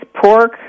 pork